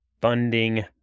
funding